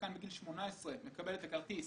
שחקן בגיל 18 מקבל את הכרטיס,